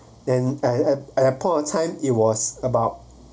then at at at a point of time it was about